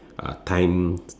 uh time